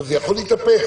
זה יכול להתהפך,